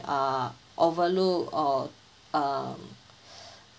uh overlook or uh